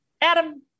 Adam